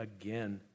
again